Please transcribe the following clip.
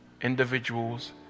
individuals